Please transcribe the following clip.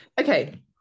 Okay